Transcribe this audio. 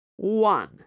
One